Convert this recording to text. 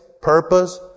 purpose